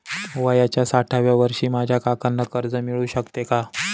वयाच्या साठाव्या वर्षी माझ्या काकांना कर्ज मिळू शकतो का?